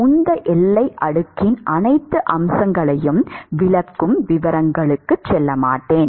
உந்த எல்லை அடுக்கின் அனைத்து அம்சங்களையும் விளக்கும் விவரங்களுக்குச் செல்லமாட்டேன்